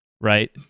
right